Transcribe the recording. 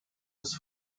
des